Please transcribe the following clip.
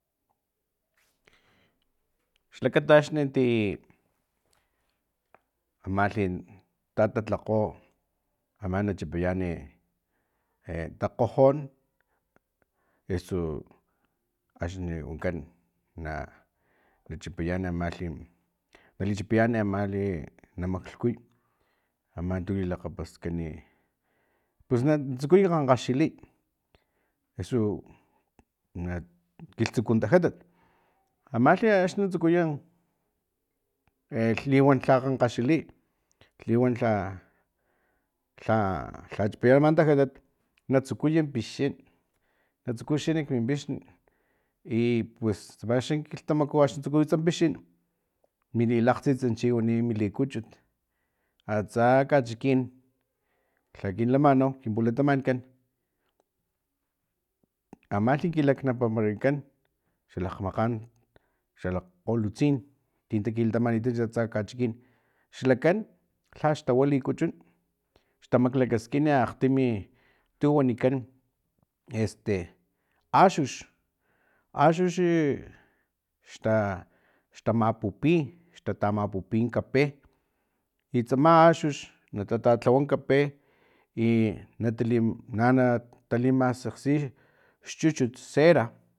Xlakata axni amalhi tatatlakgo ama na chipayani takgojon esu axni wankan na chipayan amalhi nalichipayan ama na maklhkuy ama tu lilakgapaskan i pus na tsukuy kgankgaxiliy eso na kiltsukun tajatat amalhi ani natsukuy e liwan lha kgankgaxiliy liwan lha lha chipayan aman tajatat natsukuy pixin natsuku xin nak min pix i pues tsama xa kilhtamaku axni tsukuyatsan pixin mili lakgtsint chi wani mili kuchuts atsa kachikin lha kilamanua kin pulatamatkan amalhi ki laknikan xalakgmakgan xalakg kgolutsin tin takilatamanikanch atsa kachikin xlakan lhaxtawa likuchun xtamaklakaskin akgtimi tu wanikan este axux axux i xtamapupi xtatamapupi kape i tsama axux natatatlawa kape i nati nana nali masekgsi xchuchut cera